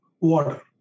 water